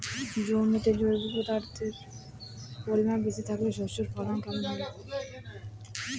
জমিতে জৈব পদার্থের পরিমাণ বেশি থাকলে শস্যর ফলন কেমন হবে?